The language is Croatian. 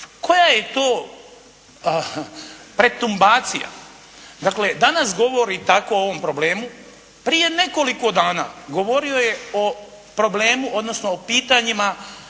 Koja je to pretumbacija. Dakle govori tako o ovom problemu, prije nekoliko dana govorio je o problemu, odnosno o pitanjima